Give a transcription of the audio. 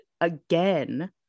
again